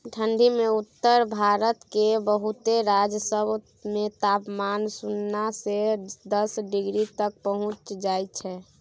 ठंढी मे उत्तर भारत केर बहुते राज्य सब मे तापमान सुन्ना से दस डिग्री तक पहुंच जाइ छै